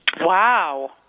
Wow